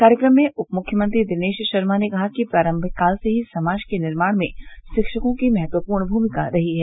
कार्यक्रम में उप मुख्यमंत्री दिनेश शर्मा ने कहा कि प्रारम्भिक काल से समाज के निर्माण में शिक्षकों की महत्वपूर्ण भूमिका रही है